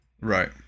Right